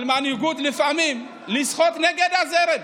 על מנהיגות לפעמים לשחות נגד הזרם,